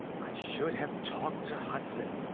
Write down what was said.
i should have talked to hudson.